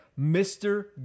Mr